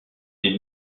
des